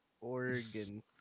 Oregon